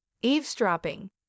Eavesdropping